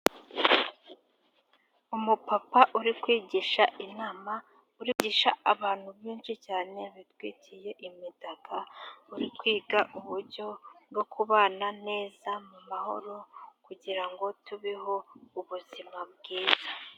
Umu papa uri kwigisha inama, uri kwigisha abantu benshi cyane bitwikiye imitaka, bari kwiga uburyo bwo kubana neza mu mahoro kugirango tubeho ubuzima bwiza.